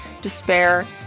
despair